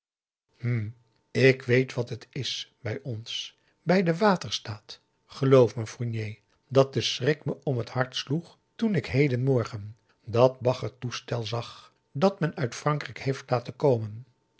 hm ik weet wat het is bij ons bij den waterstaat geloof me fournier dat de schrik me om het hart sloeg toen ik hedenmorgen dat baggertoestel zag dat men uit frankrijk heeft laten komen